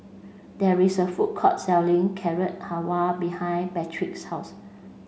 there is a food court selling Carrot Halwa behind Patric's house